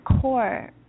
core